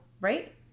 Right